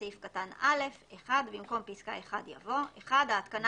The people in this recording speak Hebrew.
בסעיף קטן (א) - (1) במקום פסקה (1) יבוא: "(1)ההתקנה